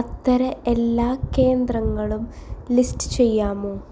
അത്തരം എല്ലാ കേന്ദ്രങ്ങളും ലിസ്റ്റ് ചെയ്യാമോ